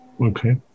Okay